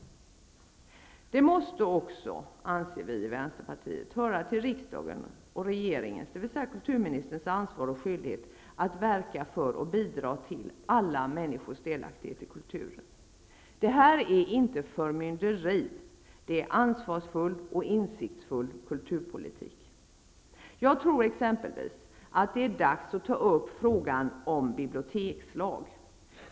Vi i Vänsterpartiet anser att det också måste höra till riksdagens och regeringens, dvs. kulturministerns, ansvar och skyldighet att verka för och bidra till alla människors delaktighet i kulturen. Detta är inte förmynderi, det är ansvarsfull och insiktsfull kulturpolitik. Jag tror exempelvis att det är dags att ta upp frågan om en bibliotekslag.